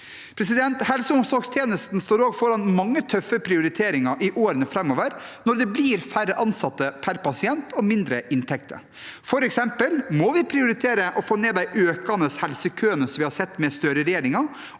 omsorgstjenesten står overfor mange tøffe prioriteringer i årene framover når det blir færre ansatte per pasient og mindre inntekter. For eksempel må man prioritere å få ned de økende helsekøene vi har sett med Støre-regjeringen,